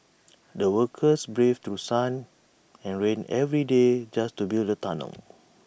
the workers braved through sun and rain every day just to build the tunnel